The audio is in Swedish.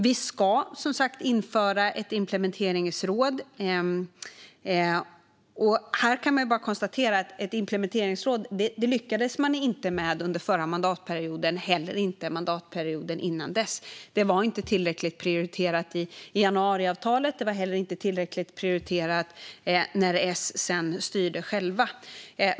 Vi ska som sagt införa ett implementeringsråd, och vi kan bara konstatera att ett implementeringsråd lyckades man inte med under den förra mandatperioden och inte heller under mandatperioden dessförinnan. Det var inte tillräckligt prioriterat i januariavtalet, och det var heller inte tillräckligt prioriterat när S styrde själva.